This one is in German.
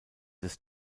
des